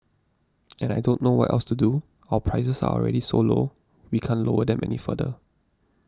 and I don't know what else to do our prices are already so low we can't lower them any further